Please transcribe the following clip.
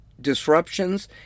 disruptions